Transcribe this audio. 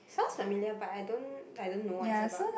sounds familiar but I don't I don't know what it's about